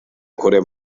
kure